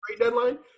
Deadline